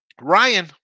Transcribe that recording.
Ryan